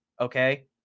okay